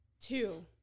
two